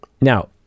now